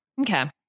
okay